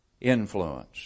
influence